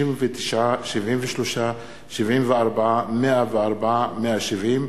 69, 73, 74, 104 ו-170,